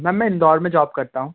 ma'am मैं इंदौर में job करता हूँ